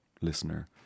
listener